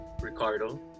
Ricardo